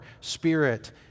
Spirit